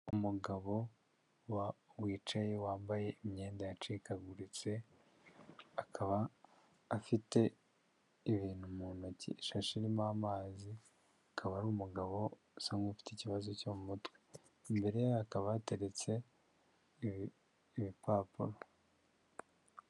Umugabo wicaye wambaye imyenda yacikaguritse, akaba afite ibintu mu ntoki, ishashi irimo amazi, akaba ari umugabo usa nk'ufite ikibazo cyo mu mutwe, imbere ye hakaba hateretse ibipapuro.